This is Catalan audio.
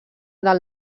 del